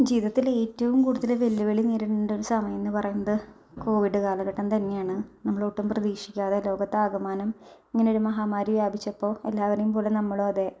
ജീവിതത്തിലേറ്റവും കൂടുതൽ വെല്ലുവിളി നേരിടേണ്ടൊരു സമയമെന്ന് പറയുന്നത് കോവിഡ് കാലഘട്ടം തന്നെയാണ് നമ്മളൊട്ടും പ്രതീക്ഷിക്കാതെ ലോകത്താകമാനം അങ്ങനെ ഒരു മഹാമാരി വ്യാപിച്ചപ്പോൾ എല്ലാവരേം പോലെ നമ്മളുവതെ